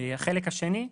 החלק השני,